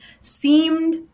seemed